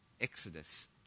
Exodus